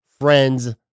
friends